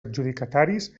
adjudicataris